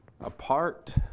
apart